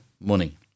money